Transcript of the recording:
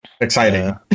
exciting